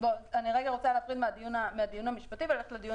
אני רוצה להפריד מהדיון המשפטי וללכת לדיון